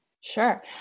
Sure